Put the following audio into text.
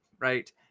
right